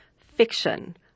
fiction